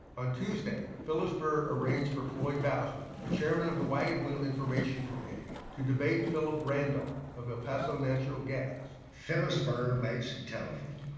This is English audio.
on tuesday, phyllis birr arranged for floyd bousman, the chairman of the wagon wheel information committee, to debate phillip randolph of el paso natural gas. phyllis birr made some telephone